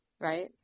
right